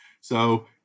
So-